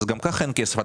גם ככה אין כסף.